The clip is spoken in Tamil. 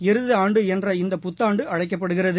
எருது ஆண்டு என்று இந்த புத்தாண்டு அழைக்கப்படுகிறது